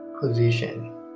position